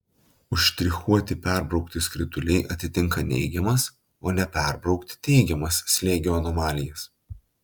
užštrichuoti perbraukti skrituliai atitinka neigiamas o neperbraukti teigiamas slėgio anomalijas